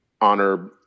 honor